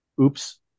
oops